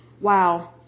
Wow